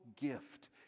gift